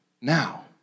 now